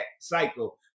cycle